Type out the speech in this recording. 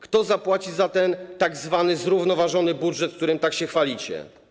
Kto zapłaci za ten tzw. zrównoważony budżet, którym tak się chwalicie?